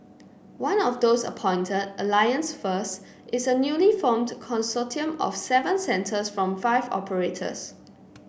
one of those appointed Alliance First is a newly formed consortium of seven centres from five operators